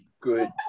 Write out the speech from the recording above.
Good